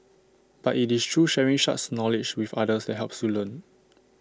but IT is through sharing such knowledge with others that helps you learn